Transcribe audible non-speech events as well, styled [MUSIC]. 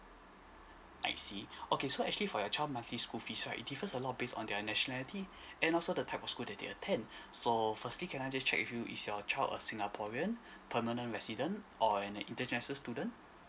I see okay so actually for your child monthly school fees right it differs a lot based on their nationality and also the type of school that they attend [BREATH] so firstly can I just check with you is your child a singaporean permanent resident or and an international student